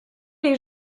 les